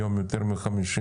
היום יותר מ-50%,